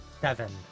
seven